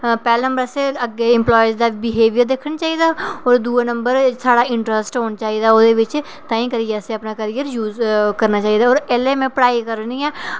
पैह्ला नंबर असें इंप्लॉय दी बिहेवियर दिक्खना चाहिदा होर दूऐ नंबर साढ़ा इंटरस्ट होना चाहिदा तां करियै असें अपना करियर चूज़ करना चाहिदा होर पैह्लें में अपनी पढ़ाई करनी ऐ